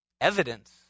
Evidence